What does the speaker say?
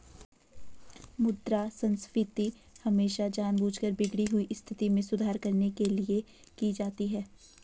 मुद्रा संस्फीति हमेशा जानबूझकर बिगड़ी हुई स्थिति में सुधार करने के लिए की जाती है